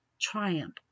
triumph